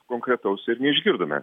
konkretaus ir neišgirdome